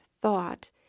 thought